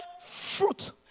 fruit